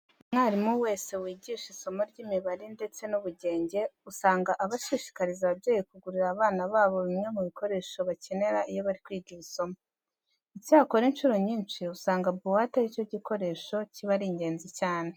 Buri mwarimu wese wigisha isomo ry'imibare ndetse n'ubugenge usanga aba ashishikariza ababyeyi kugurira abana babo bimwe mu bikoresho bakenera iyo bari kwiga iri somo. Icyakora incuro nyinshi usanga buwate ari cyo gikoresho kiba ari ingenzi cyane.